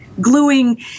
Gluing